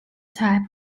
type